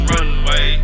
Runway